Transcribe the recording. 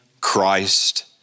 Christ